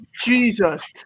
Jesus